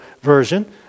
version